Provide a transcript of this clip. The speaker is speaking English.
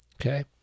Okay